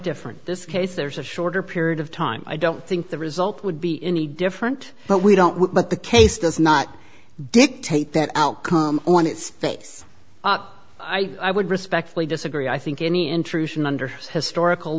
different this case there's a shorter period of time i don't think the result would be any different but we don't know what the case does not dictate that outcome on its face i would respectfully disagree i think any intrusion under historical